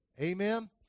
Amen